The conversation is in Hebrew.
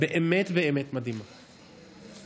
מתחייב אני יואב